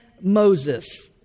Moses